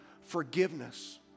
forgiveness